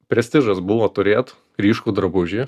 prestižas buvo turėt ryškų drabužį